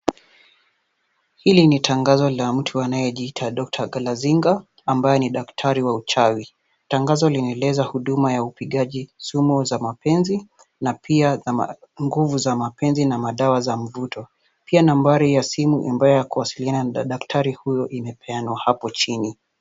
Hili ni tangazo la mtu anayejiita doctor Galazinga ambaye ni daktari wa uchawi. Tangazo linaeleza huduma ya upigaji simu za mapenzi na pia nguvu za mapenzi na madawa za mvuto. Pia nambari ya simu ambayo ya kuwasiliana na daktari huyu imepeanwa hapo chini.